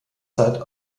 zeit